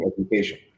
education